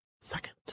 second